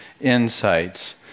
insights